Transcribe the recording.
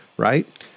right